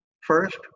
First